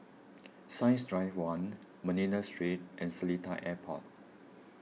Science Drive one Manila Street and Seletar Airport